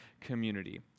community